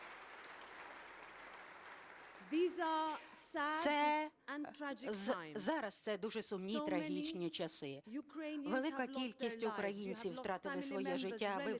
Зараз це дуже сумні, трагічні часи. Велика кількість українців втратили своє життя,